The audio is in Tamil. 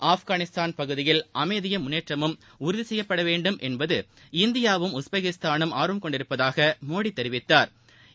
ஆப்கானிஸ்தான் பகுதியில் அமைதியும் முன்னேற்றமும் உறுதி செய்யப்பட வேண்டும் என்பது இந்தியாவும் உஸ்பெகிஸ்தானும் ஆர்வம் கொண்டிருப்பதாக மோடி தெரிவித்தாா்